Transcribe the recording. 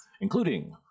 including